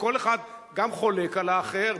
וכל אחד גם חולק על האחר,